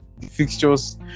fixtures